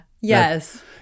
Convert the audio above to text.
yes